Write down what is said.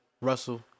Russell